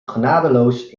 genadeloos